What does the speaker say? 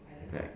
like